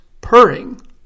purring